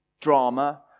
drama